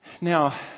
Now